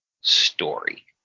story